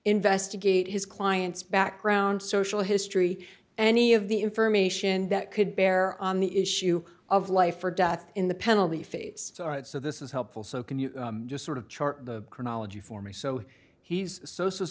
investigate his client's background social history any of the information that could bear on the issue of life or death in the penalty phase so this is helpful so can you just sort of chart the chronology for me so he's sosa